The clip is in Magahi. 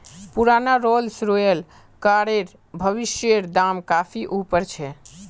पुराना रोल्स रॉयस कारेर भविष्येर दाम काफी ऊपर छे